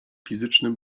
fizyczny